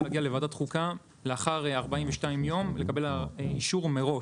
נדרשנו לקבל אישור מראש,